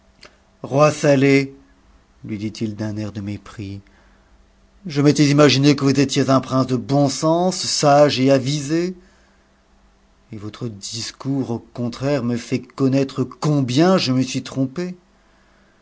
sateb lui dit-il d'un a de mépris je m'étais imaginé que vous étiez un prince de bon sen sage et avisé et votre discours au contraire me fait connaître combien je me suis trompé